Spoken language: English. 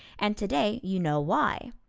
and today you know why.